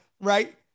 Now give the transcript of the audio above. right